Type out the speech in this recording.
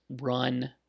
run